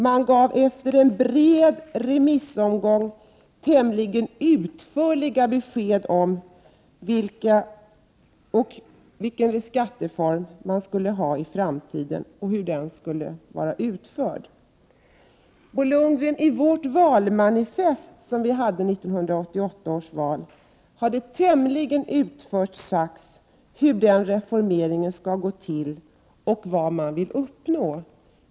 Man gav efter en bred remissomgång tämligen utförliga besked om vilken skattereform vi skulle ha i framtiden och hur den skulle vara utformad. I vårt valmanifest, Bo Lundgren, inför 1988 års val har det tämligen utförligt sagts hur den reformeringen skall gå till och vad vi vill uppnå.